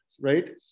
right